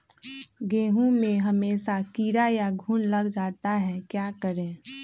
गेंहू में हमेसा कीड़ा या घुन लग जाता है क्या करें?